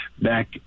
back